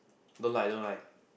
don't lie don't lie